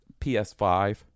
ps5